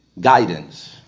guidance